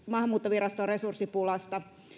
maahanmuuttoviraston resurssipulasta